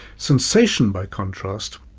sensation, by contrast,